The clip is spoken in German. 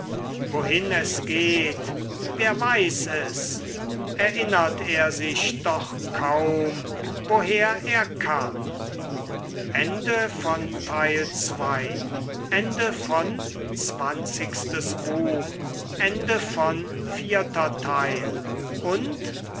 wohin es geht wer weiß es erinnert er sich doch kaum woher er kam